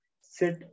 sit